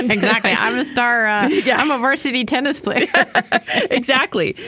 and exactly. i'm a star i'm yeah i'm a varsity tennis player exactly.